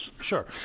Sure